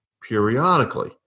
periodically